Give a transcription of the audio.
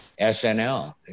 SNL